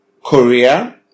Korea